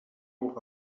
group